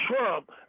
Trump